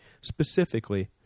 Specifically